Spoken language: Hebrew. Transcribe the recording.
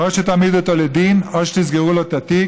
או שתעמידו אותו לדין או שתסגרו לו את התיק,